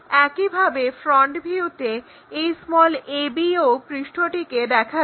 একইভাবে ফ্রন্ট ভিউতে এই ab o পৃষ্ঠটিকে দেখা যায়